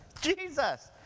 Jesus